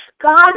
God